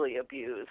abused